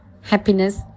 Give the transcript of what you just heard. happiness